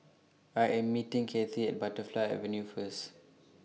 I Am meeting Cathie At Butterfly Avenue First